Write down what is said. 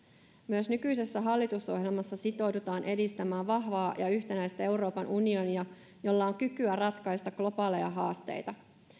myös nykyisessä hallitusohjelmassa sitoudutaan edistämään vahvaa ja yhtenäistä euroopan unionia jolla on kykyä ratkaista globaaleja haasteita